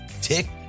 tick